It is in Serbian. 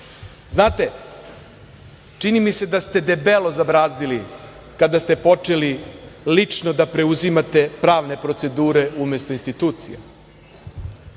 dve. Znate, čini mi se da ste debelo zabrazdili kada ste počeli lično da preuzimate pravne procedure umesto institucija. Po